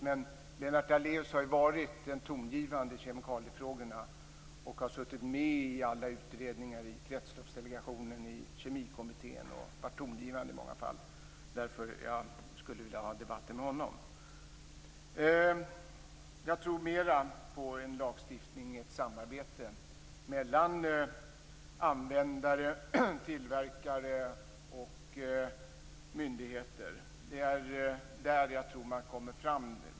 Men Lennart Daléus har varit den tongivande i kemikaliefrågorna. Han har suttit med i alla utredningar, Kretsloppsdelegationen, Kemikommittén och varit tongivande i många fall. Det är därför jag skulle vilja föra debatten med honom. Jag tror mer på en lagstiftning i ett samarbete mellan användare, tillverkare och myndigheter. Det tror jag är bästa vägen att komma fram.